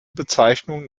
bezeichnung